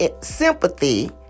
sympathy